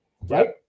right